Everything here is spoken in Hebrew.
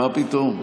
מה פתאום?